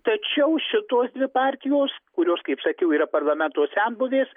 tačiau šitos dvi partijos kurios kaip sakiau yra parlamento senbuvės